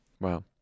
Wow